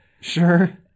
Sure